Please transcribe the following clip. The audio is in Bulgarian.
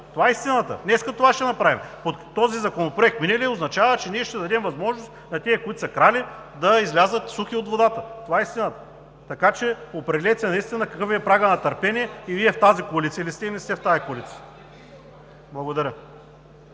това е истината. Днес това ще направим. Този законопроект мине ли, означава, че ние ще дадем възможност на тези, които са крали, да излязат сухи от водата. Това е истината! Така че определете се наистина какъв е прагът Ви на търпение, в тази коалиция ли сте, или не сте. Благодаря.